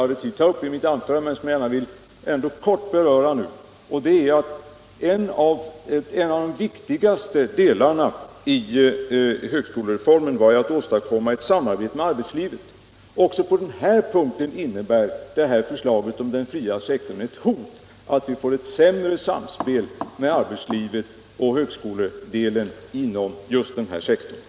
Sedan vill jag kort beröra en fråga som jag inte hann ta upp i mitt tidigare anförande. En av de viktigaste utgångspunkterna för högskolereformen var att åstadkomma ett samarbete med arbetslivet. Också på den punkten innebär förslaget om den fria sektorn ett hot: vi kommer att få ett sämre samspel mellan arbetslivet och högskolan just inom den här sektorn.